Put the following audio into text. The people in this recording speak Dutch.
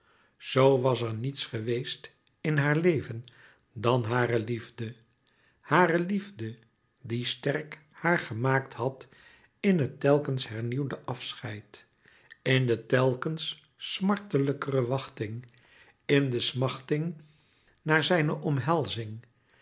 zoo was er niets geweest in haar leven dan hare liefde hare liefde die sterk haar gemaakt had in het telkens hernieuwde afscheid in de telkens smartelijkere wachting in de smachting naar zijne omhelzing